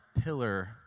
pillar